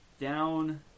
down